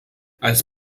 als